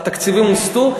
התקציבים הוסטו.